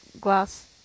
glass